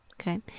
Okay